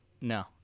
no